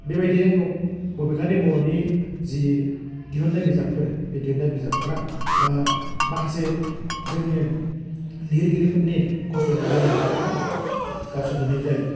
बेबायदिनों बबेखानि बर'नि जि दिहुन्नाय बिजाबफोर बि दिहुन्नाय बिजाबफ्रा बा माखासे जोंनि लिरगिरिफोरनि खस्थ'यै नाजानाय बिजाबफ्रा गारसोजानाय जायो